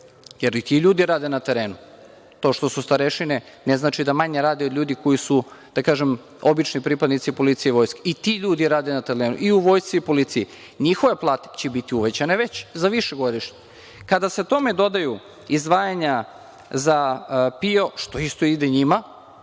jer i ti ljudi rade na terenu. To što su starešine ne znači da manje rade od ljudi koji su, da kažem, obični pripadnici policije i vojske. I ti ljudi rade na terenu i u vojsci i u policiji, njihove plate će biti uvaćane već za višegodišnje. Kada se tome dodaju izdvajanja za PIO, što isto ide njima.